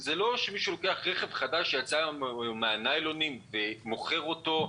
זה לא שמישהו לוקח רכב חדש שיצא היום מן הניילונים ומוכר אותו.